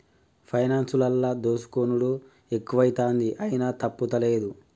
పైనాన్సులల్ల దోసుకునుడు ఎక్కువైతంది, అయినా తప్పుతలేదు